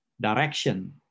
direction